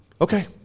okay